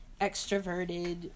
extroverted